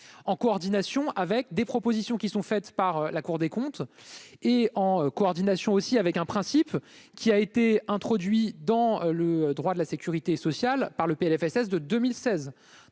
en coordination avec des propositions qui sont faites par la Cour des comptes et en coordination aussi avec un principe qui a été introduit dans le droit de la sécurité sociale par le PLFSS de 2016,